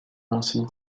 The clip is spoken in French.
lancée